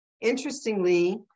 interestingly